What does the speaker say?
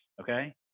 Okay